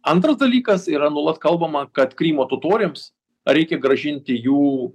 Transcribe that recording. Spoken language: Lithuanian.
antras dalykas yra nuolat kalbama kad krymo totoriams reikia grąžinti jų